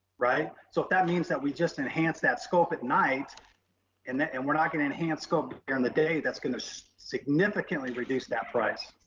right? so if that means that we just enhance that scope at night and and we're not gonna enhance scope during the day, that's gonna significantly reduce that price.